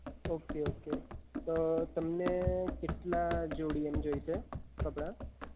okay okay તો તમને કેટલા જોડી એમ જોઈશે કપડાં